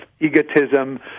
egotism